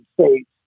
States